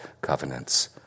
covenants